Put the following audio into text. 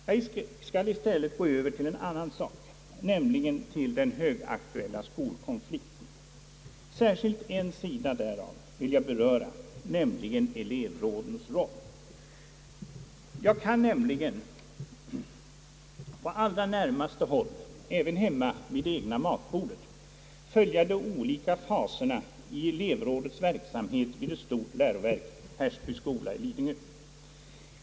Jag skall i stället gå över till en annan sak, nämligen till den högaktuella skolkonflikten. Särskilt en sida därav vill jag beröra, elevrådens roll. Jag kan nämligen på allra närmaste håll — även hemma vid det egna matbordet — följa de olika faserna i elevrådets verksamhet vid ett stort läroverk, Hersby skola i Lidingö.